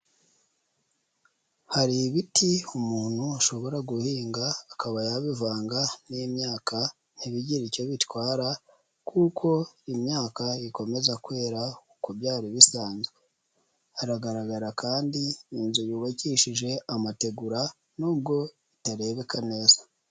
Hari ibiti umuntu ashobora guhinga, akaba yabivanga n'imyaka ntibigire icyo bitwara kuko imyaka ikomeza kwera uko byari bisanzwe. Haragaragara kandi inzu yubakishije amategura nubwo itarebeka neza.